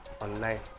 online